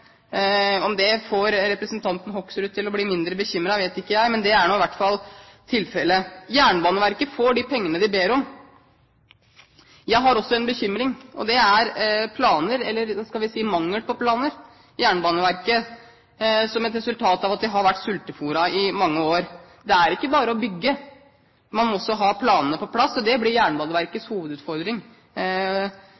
Om det får representanten Hoksrud til å bli mindre bekymret, vet ikke jeg, men det er nå i hvert fall tilfellet. Jernbaneverket får de pengene de ber om. Jeg har også en bekymring, og det er planer – eller mangel på planer – for Jernbaneverket som et resultat av at de har vært sultefôret i mange år. Det er ikke bare å bygge, man må også ha planene på plass. Det blir